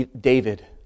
David